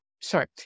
sorry